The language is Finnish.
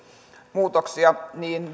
muutoksia niin